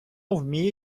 вміє